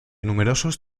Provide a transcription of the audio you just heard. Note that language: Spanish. numerosos